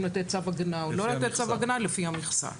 אם לתת צו הגנה או לא לתת צו הגנה לפי המכסה.